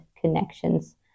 connections